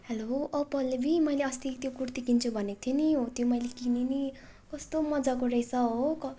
hello ओ पल्लवी मैले अस्ति त्यो कुर्ती किन्छु भनेको थिएँ नि हो त्यो मैले किनेँ नि कस्तो मजाको रहेछ हो क